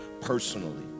personally